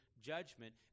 judgment